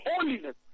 holiness